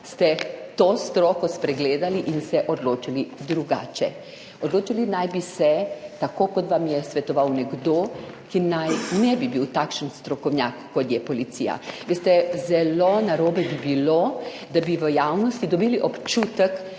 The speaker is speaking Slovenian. pač to stroko spregledali in se odločili drugače. Odločali naj bi se tako, kot vam je svetoval nekdo, ki naj ne bi bil takšen strokovnjak, kot je policija. Veste, zelo narobe bi bilo, da bi v javnosti dobili občutek,